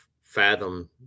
fathom